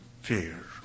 fear